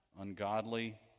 ungodly